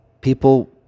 people